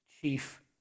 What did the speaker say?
chief